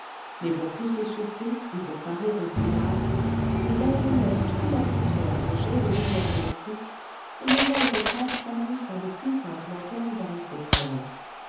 mais pour plus de sûreté et pour parer aux brouillards les aéronefs trouent l'atmosphère de jets de lumière électrique et les aérocabs s'annoncent par de puissantes lanternes à réflecteurs